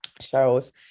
shows